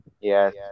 Yes